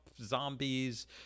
zombies